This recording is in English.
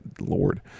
Lord